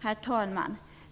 Herr talman!